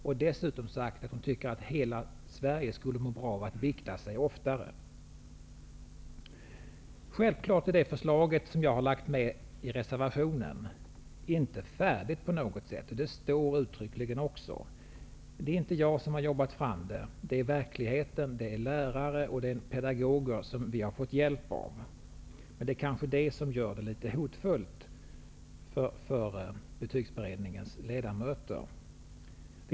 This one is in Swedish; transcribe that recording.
Hon har dessutom sagt att hon tycker att hela Sverige skulle må bra av att bikta sig oftare. Det förslag som jag har lagt med i reservationen är självfallet inte färdigt på något sätt. Det står också uttryckligen. Det är inte jag som har jobbat fram det. Det är verkligheten, det är lärare och pedagoger som har hjälpt till. Det kanske är det som gör det litet hotfullt för betygsberedningens ledamöter.